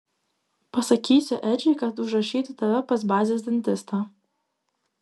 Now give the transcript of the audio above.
pasakysiu edžiui kad užrašytų tave pas bazės dantistą